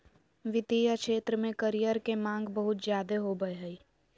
वित्तीय क्षेत्र में करियर के माँग बहुत ज्यादे होबय हय